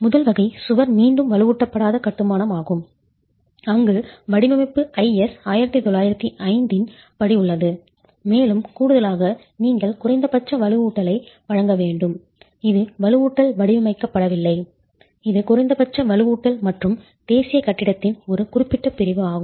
முதல் வகை சுவர் மீண்டும் வலுவூட்டப்படாத கட்டுமானம் ஆகும் அங்கு வடிவமைப்பு IS 1905 இன் படி உள்ளது மேலும் கூடுதலாக நீங்கள் குறைந்தபட்ச வலுவூட்டலை வழங்க வேண்டும் இது வலுவூட்டல் வடிவமைக்கப்படவில்லை இது குறைந்தபட்ச வலுவூட்டல் மற்றும் தேசிய கட்டிடத்தின் ஒரு குறிப்பிட்ட பிரிவு ஆகும்